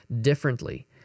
differently